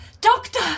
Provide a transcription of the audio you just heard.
Doctor